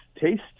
taste